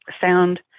sound